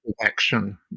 action